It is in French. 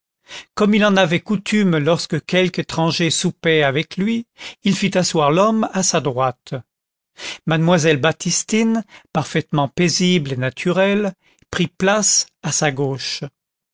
comme il en avait coutume lorsque quelque étranger soupait avec lui il fit asseoir l'homme à sa droite mademoiselle baptistine parfaitement paisible et naturelle prit place à sa gauche